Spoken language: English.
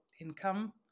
income